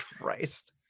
Christ